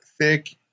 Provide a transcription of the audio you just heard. thick